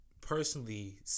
personally